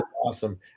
awesome